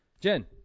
Jen